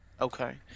Okay